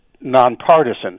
nonpartisan